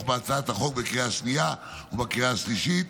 בהצעת החוק בקריאה השנייה ובקריאה השלישית